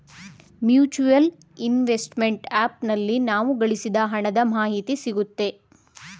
mutual investment app ನಲ್ಲಿ ನಾವು ಗಳಿಸಿದ ಹಣದ ಮಾಹಿತಿ ಸಿಗುತ್ತೆ